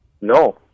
No